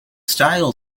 style